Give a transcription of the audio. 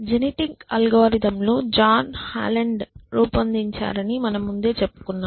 genetic algorithm లు John Holland రూపొందించారని మనం ముందే చెప్పుకున్నాం